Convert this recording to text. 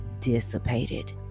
dissipated